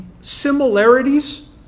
similarities